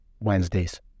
Wednesdays